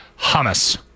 Hummus